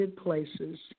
Places